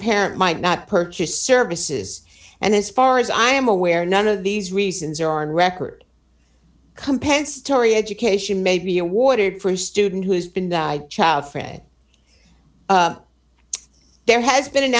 parent might not purchase services and as far as i am aware none of these reasons are on record compensatory education may be awarded for a student who has been child for it there has been